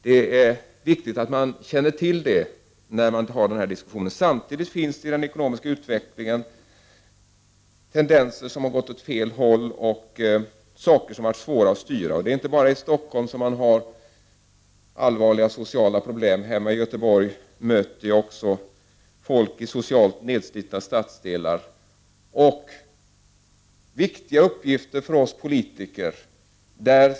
Det är viktigt att man känner till det när man tar den här diskussionen. Samtidigt finns det i den ekonomiska utvecklingen tendenser som har gått åt fel håll och saker som har varit svåra att styra. Det är inte bara i Stockholm som man har allvarliga sociala problem. Hemma i Göteborg möter jag också folk i socialt nedslitna stadsdelar och viktiga uppgifter för oss politiker.